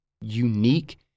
unique